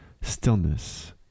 stillness